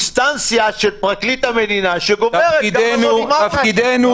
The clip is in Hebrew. מחלק מבאי הבית הזה שרוצים להחריב אותה.